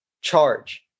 charge